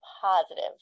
positive